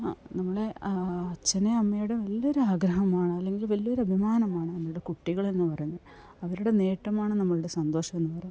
നമ്മളെ അച്ഛനെ അമ്മയോടും വലിയ ഒരാഗ്രഹമാണ് അല്ലെങ്കിൽ വലിയ ഒരു അഭിമാനമാണ് നമ്മുടെ കുട്ടികളെന്ന് പറയുന്നത് അവരുടെ നേട്ടമാണ് നമ്മളുടെ സന്തോഷം എന്ന് പറയാം